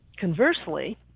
Conversely